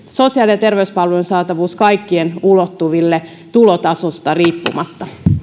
sosiaali ja terveyspalvelujen saatavuus kaikkien ulottuville tulotasosta riippumatta